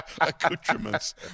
Accoutrements